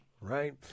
right